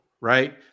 right